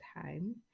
time